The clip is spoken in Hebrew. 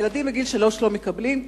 ילדים בגיל שלוש לא מקבלים.